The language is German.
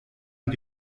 und